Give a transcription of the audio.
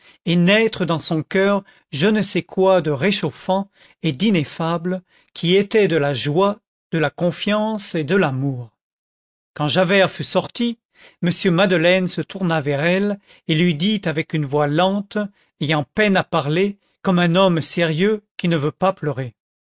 et naître dans son coeur je ne sais quoi de réchauffant et d'ineffable qui était de la joie de la confiance et de l'amour quand javert fut sorti m madeleine se tourna vers elle et lui dit avec une voix lente ayant peine à parler comme un homme sérieux qui ne veut pas pleurer